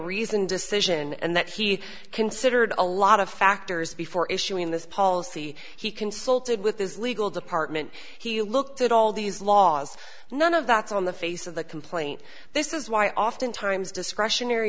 reasoned decision and that he considered a lot of factors before issuing this policy he consulted with his legal department he looked at all these laws none of that's on the face of the complaint this is why oftentimes discretionary